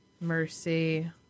Mercy